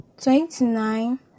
twenty-nine